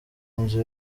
inzu